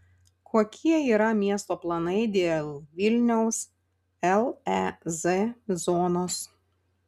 kokie yra miesto planai dėl vilniaus lez zonos